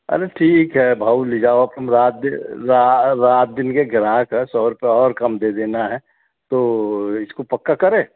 अरे ठीक है भाऊ ली जाओ अब तुम रात रात दिन के ग्राहक है सौ रुपए और कम दे देना तो इसको पक्का करें